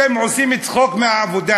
אתם עושים צחוק מהעבודה.